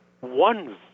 one